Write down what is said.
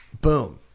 boom